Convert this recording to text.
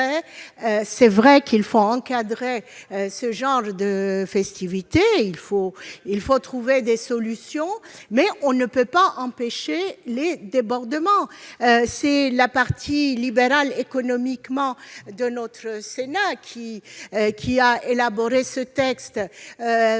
C'est vrai qu'il faut encadrer ce genre de festivités, qu'il faut trouver des solutions, mais on ne peut pas empêcher les débordements. C'est la partie économiquement libérale du Sénat qui a élaboré ce texte.